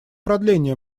продления